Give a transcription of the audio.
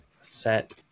set